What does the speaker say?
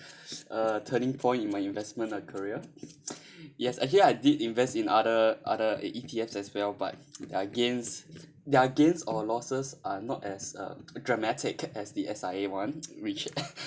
uh turning point in my investment or career yes actually I did invest in other other at E_T_F as well but their gains their gains or losses are not as uh dramatic as the S_I_A [one] which